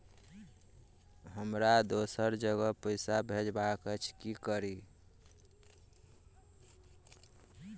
हमरा दोसर जगह पैसा भेजबाक अछि की करू?